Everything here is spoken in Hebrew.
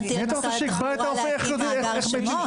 שנטיל על שר התחבורה להקים מאגר שמות?